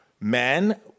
men